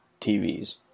TVs